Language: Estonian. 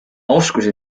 oskusi